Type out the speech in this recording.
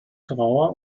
trauer